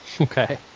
Okay